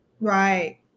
right